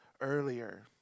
earlier